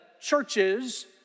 churches